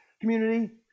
community